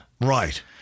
Right